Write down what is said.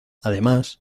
además